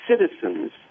citizens